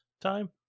time